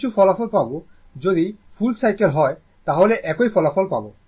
যা কিছু ফলাফল পাব যদি ফুল সাইকেল হয় তাহলে একই ফলাফল পাব